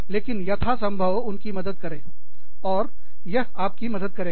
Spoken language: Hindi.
लेकिन यथासंभव उनकी मदद करेंऔर यह आपकी मदद करेगा